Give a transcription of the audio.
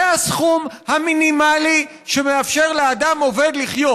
הסכום המינימלי שמאפשר לאדם עובד לחיות,